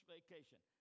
Vacation